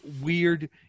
weird